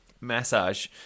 massage